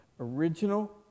original